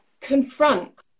confront